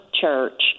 church